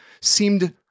seemed